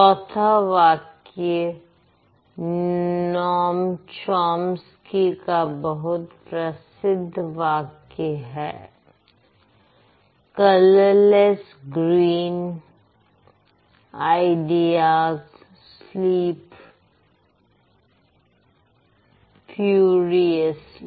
चौथा वाक्य Noam Chomsky का बहुत प्रसिद्ध वाक्य है colourless green ideas sleep furiously